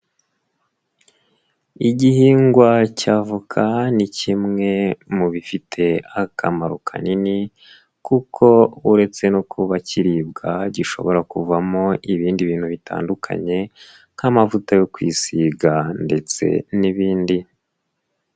Igihingwa cy'avoka ni kimwe mu bifite akamaro kanini kuko uretse no kuba kiribwa, gishobora kuvamo ibindi bintu bitandukanye nk'amavuta yo kwisiga ndetse n'ibindi.